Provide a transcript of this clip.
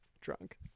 drunk